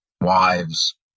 wives